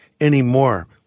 anymore